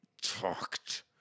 Talked